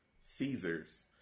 Caesars